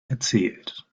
erzählt